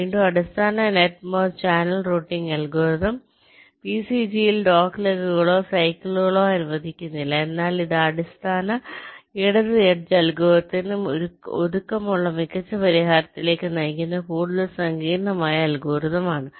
വീണ്ടും അടിസ്ഥാന net merge channel routing algorithm വിസിജിയിൽ ഡോഗ്ലെഗുകളോ സൈക്കിളുകളോ അനുവദിക്കുന്നില്ല എന്നാൽ ഇത് അടിസ്ഥാന ഇടത് എഡ്ജ് അൽഗോരിതത്തിന് ഒതുക്കമുള്ള മികച്ച പരിഹാരത്തിലേക്ക് നയിക്കുന്ന കൂടുതൽ സങ്കീർണ്ണമായ അൽഗോരിതം ആണ്